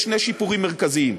יש שני שיפורים מרכזיים: